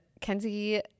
Kenzie